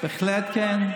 בהחלט כן,